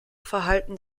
verhalten